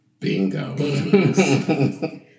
Bingo